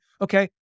Okay